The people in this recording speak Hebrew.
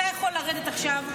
אתה יכול לרדת עכשיו,